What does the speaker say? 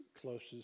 closest